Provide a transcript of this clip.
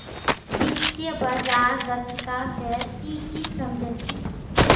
वित्तीय बाजार दक्षता स ती की सम झ छि